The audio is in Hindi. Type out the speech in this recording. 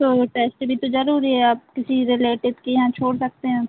तो टेस्ट भी तो जरूरी है आप किसी रिलेटिव के यहाँ छोड़ सकते हैं